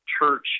Church